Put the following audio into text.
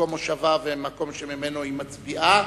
למקום מושבה ולמקום שממנו היא מצביעה.